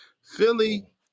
philly